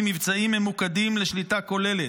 ממבצעים ממוקדים לשליטה כוללת?